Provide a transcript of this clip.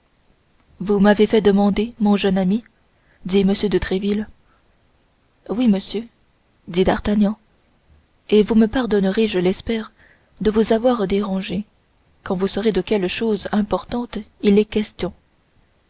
vous m'avez fait demander mon jeune ami dit m de tréville oui monsieur dit d'artagnan et vous me pardonnerez je l'espère de vous avoir dérangé quand vous saurez de quelle chose importante il est question